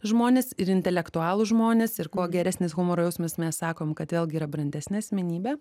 žmonės ir intelektualūs žmonės ir kuo geresnis humoro jausmas mes sakom kad vėlgi yra brandesnė asmenybė